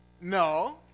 No